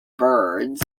birds